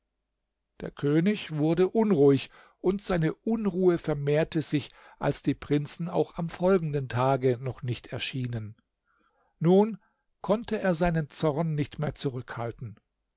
der könig wurde unruhig und seine unruhe vermehrte sich als die prinzen auch am folgenden tage noch nicht erschienen nun konnte er seinen zorn nicht mehr zurückhalten